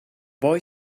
boy